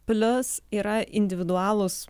plius yra individualūs